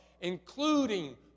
including